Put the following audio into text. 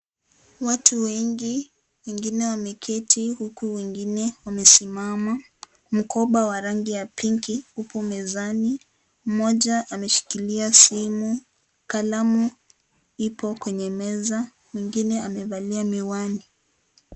Watu wengi wengine wameketi huku wengine wamesimama. Mkoba wa rangi ya (cs) pinki(cs) upo mezani. Mmoja ameshikilia simu. Kalamu ipo kwenye meza. Mwingine amevalia miwani .